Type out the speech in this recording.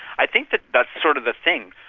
i think that that's sort of the thing.